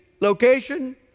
location